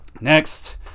Next